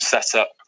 setup